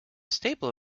staple